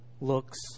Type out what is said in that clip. looks